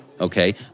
Okay